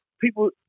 people